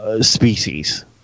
species